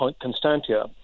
Constantia